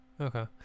Okay